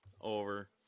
Over